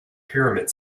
pyramid